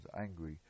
angry